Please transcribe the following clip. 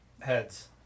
Heads